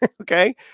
okay